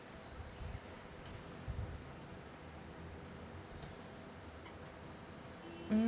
mm